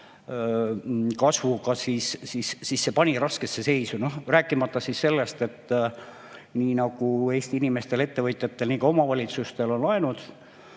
[omavalitsused] raskesse seisu. Rääkimata sellest, et nii nagu Eesti inimestel ja ettevõtjatel, nii ka omavalitsustel on laenud,